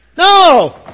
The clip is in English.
No